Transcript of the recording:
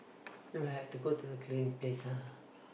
we might have to go to the clean place ah